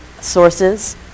sources